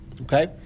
Okay